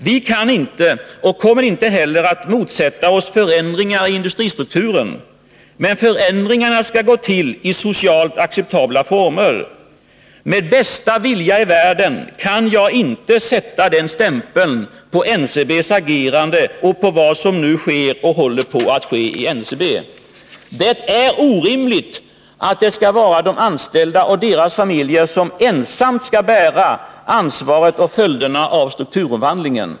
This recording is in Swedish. Vi kan inte och kommer inte heller att motsätta oss förändringar i industristrukturen, men förändringarna skall ske i socialt acceptabla former. Med bästa vilja i världen kan jag inte sätta den stämpeln på NCB:s agerande och på vad som nu sker och håller på att ske i NCB. Det är orimligt att det skall vara de anställda och deras familjer som ensamma skall bära följderna av strukturomvandlingen.